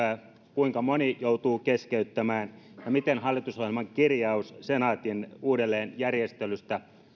kuinka moni joutuu keskeyttämään ja miten hallitusohjelman kirjaus senaatin uudelleenjärjestelystä